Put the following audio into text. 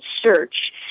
search